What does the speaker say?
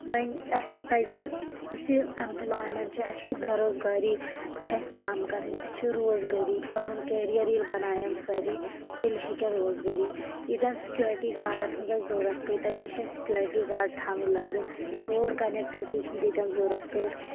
وۄنۍ اَسہِ پَزِ یُس یہِ ایمپلایمنٹ چھِ اَسہِ بیروزگٲری چھےٚ اَسہِ کَم کَرٕنۍ اَسہِ چھےٚ روزگٲری پَنُن کیریر ییٚلہِ بَنایَن سٲری تیٚلہِ ہٮ۪کَن روگٲری ییٚتٮ۪ن سیکیورٹی گاڑَن ہٕنٛز اَسہِ ضوٚرَتھ پیٚیہِ تَتٮ۪ن چھِ اَسہِ سیکیورٹی گاڑ تھاوٕنۍ لٲگِتھ روڈ کَنِکٹوٹی ہٕنٛز ییٚتٮ۪ن ضوٚرَتھ پیٚیہِ